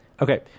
Okay